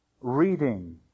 reading